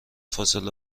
فاصله